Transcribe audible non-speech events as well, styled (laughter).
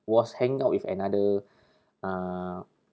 was hanging out with another (breath) uh